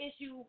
issue